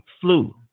flu